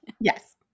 Yes